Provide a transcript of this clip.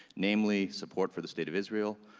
namely, support for the state of israel,